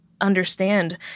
understand